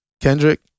Kendrick